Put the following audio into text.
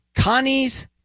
Connie's